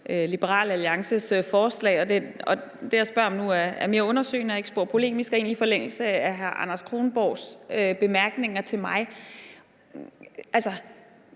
Liberal Alliances forslag, og det, jeg spørger om nu, er mere undersøgende og ikke spor polemisk, og jeg stiller det egentlig i forlængelse af hr. Anders Kronborgs bemærkninger til mig. Vil